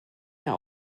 mehr